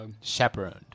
Chaperoned